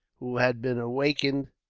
who had been awakened